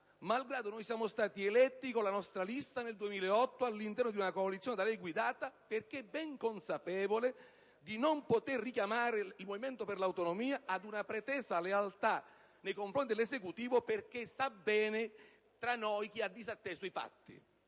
malgrado noi siamo stati eletti con la nostra lista nel 2008 all'interno di una coalizione da lei guidata, perché ben consapevole di non poter richiamare il Movimento per le Autonomie ad una pretesa lealtà nei confronti dell'Esecutivo, perché sa bene chi tra noi ha disatteso i patti.